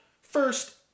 first